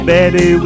Baby